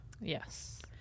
yes